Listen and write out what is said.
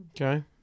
Okay